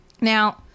Now